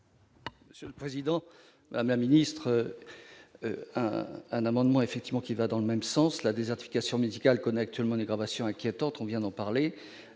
Monsieur le président, la ministre un amendement effectivement qui va dans le même sens, la désertification médicale connaît actuellement dégradation inquiétante, on vient d'en parler,